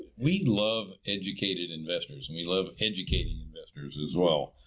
we love educated investors and we love educating investors as well.